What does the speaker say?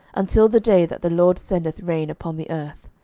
until the day that the lord sendeth rain upon the earth.